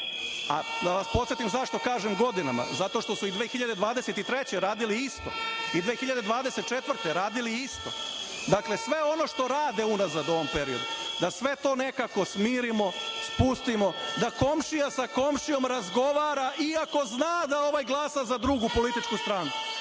a da vas podsetim zašto kažem godinama, zato što su i 2023. godine radili isto, i 2024. godine radili isto, dakle, sve ono što rade unazad u ovom periodu, da sve to nekako smirimo, spustimo, da komšija sa komšijom razgovara, iako zna da ovaj glasa za drugu političku stranku.